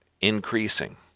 increasing